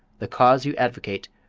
the cause you advocate,